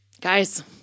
Guys